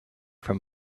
from